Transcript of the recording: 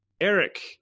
eric